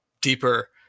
deeper